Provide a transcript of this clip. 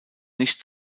nicht